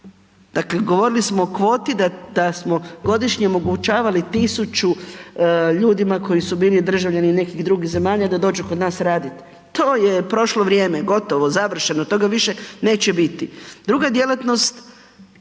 dakle govorili smo o kvoti da smo godišnje omogućavali 1000 ljudima koji su bili državljani nekih drugih zemalja, da dođu kod nas raditi. To je prošlo vrijeme, gotovo, završeno, toga više neće biti. Druga djelatnost